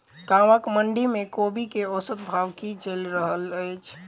गाँवक मंडी मे कोबी केँ औसत भाव की चलि रहल अछि?